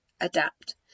adapt